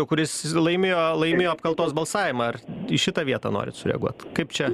kuris laimėjo laimėjo apkaltos balsavimą ar į šitą vietą norit sureaguot kaip čia